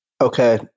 Okay